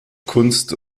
kunst